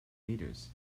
leaders